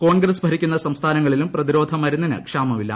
കോൺഗ്രസ് ഭരിക്കുന്ന സംസ്ഥാനങ്ങളിലും പ്രതിരോധ മരുന്നിന് ക്ഷാമമില്ല